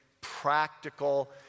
practical